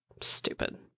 Stupid